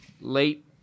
late